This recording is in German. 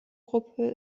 gruppe